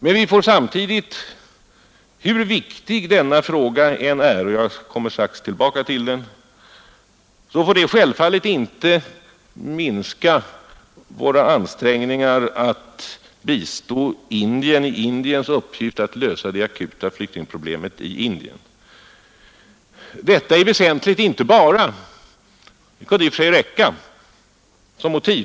Men hur viktig denna fråga än är — jag kommer strax tillbaka till den — får vi självfallet inte minska våra ansträngningar att bistå Indien i landets uppgift att lösa det akuta flyktingproblemet. Detta kunde i och för sig räcka som motiv.